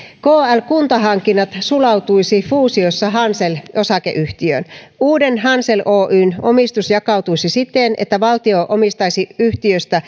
kl kuntahankinnat sulautuisi fuusiossa hansel osakeyhtiöön uuden hansel oyn omistus jakautuisi siten että valtio omistaisi yhtiöstä